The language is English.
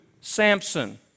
Samson